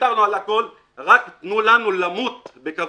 רק תנו לנו למות בכבוד.